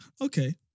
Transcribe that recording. okay